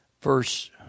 verse